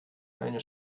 eine